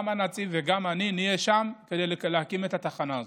גם הנציב וגם אני נהיה שם כדי להקים את התחנה הזאת.